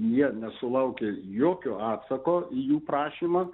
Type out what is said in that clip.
jie nesulaukia jokio atsako į jų prašymą